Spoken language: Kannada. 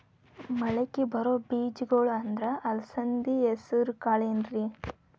ಮಳಕಿ ಬರೋ ಬೇಜಗೊಳ್ ಅಂದ್ರ ಅಲಸಂಧಿ, ಹೆಸರ್ ಕಾಳ್ ಏನ್ರಿ?